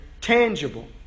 tangible